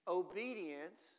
obedience